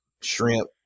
Shrimp